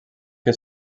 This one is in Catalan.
que